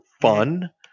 fun